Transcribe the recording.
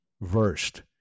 versed